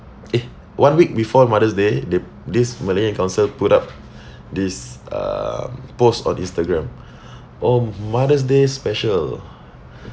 eh one week before mother's day they this malayan council put up this uh post on Instagram on mother's day special